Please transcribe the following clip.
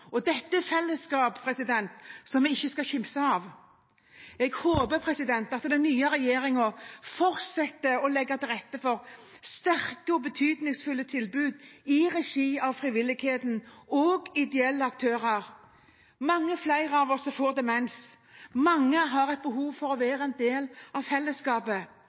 som vi ikke skal kimse av, håper jeg at den nye regjeringen fortsetter å legge til rette for – sterke og betydningsfulle tilbud i regi av frivilligheten og ideelle aktører. Mange flere av oss får demens, mange har et behov for å være en del av fellesskapet.